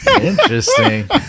Interesting